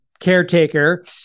Caretaker